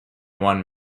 one